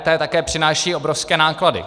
EET taky přináší obrovské náklady.